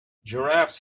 giraffes